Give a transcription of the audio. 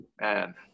man